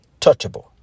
touchable